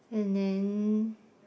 and then